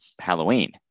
Halloween